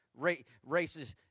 racist